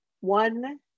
One